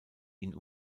ihn